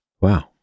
Wow